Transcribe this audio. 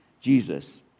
Jesus